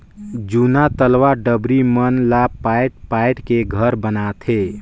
जूना तलवा डबरी मन ला पायट पायट के घर बनाथे